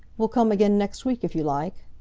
we'll come again next week, if you like.